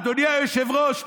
אדוני היושב-ראש,